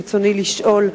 ברצוני לשאול: